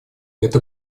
это